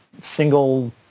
single